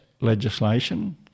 legislation